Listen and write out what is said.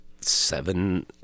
seven